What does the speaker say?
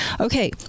Okay